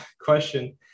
question